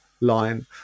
line